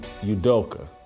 Udoka